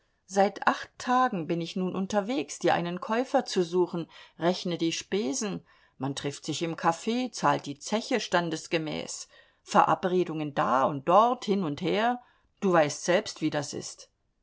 seit acht tagen bin ich nun unterwegs dir einen käufer zu suchen rechne die spesen man trifft sich im caf zahlt die zeche standesgemäß verabredungen da und dort hin und her du weißt selbst wie das ist